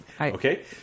Okay